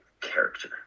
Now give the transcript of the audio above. character